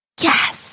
Yes